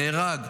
נהרג,